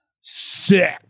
sick